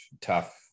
tough